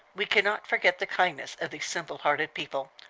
we can not forget the kindness of these simple-hearted people.